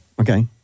Okay